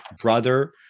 brother